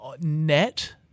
Net